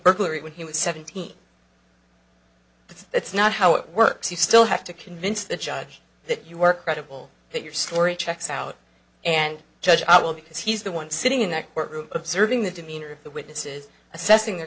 burglary when he was seventeen but that's not how it works you still have to convince the judge that you work ratable that your story checks out and judge i will because he's the one sitting in that courtroom observing the demeanor of the witnesses assessing their